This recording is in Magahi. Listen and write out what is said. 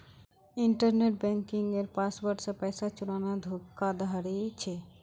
इन्टरनेट बन्किंगेर पासवर्ड से पैसा चुराना धोकाधाड़ी छे